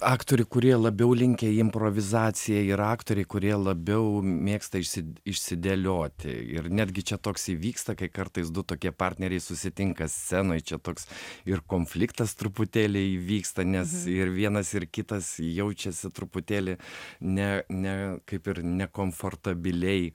aktorių kurie labiau linkę į improvizaciją ir aktoriai kurie labiau mėgsta išsi išsidėlioti ir netgi čia toks įvyksta kai kartais du tokie partneriai susitinka scenoj čia toks ir konfliktas truputėlį vyksta nes ir vienas ir kitas jaučiasi truputėlį ne ne kaip ir nekomfortabiliai